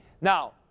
Now